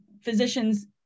physicians